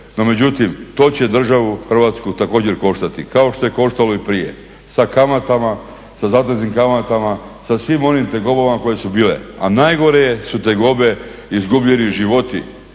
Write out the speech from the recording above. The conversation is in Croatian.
međutim to će državu Hrvatsku također koštati kao što je koštalo i prije, sa kamatama, sa zateznim kamatama, sa svim onim tegobama koje su bile, a najgore su tegobe izgubljeni životu,